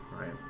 Right